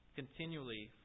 continually